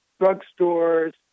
drugstores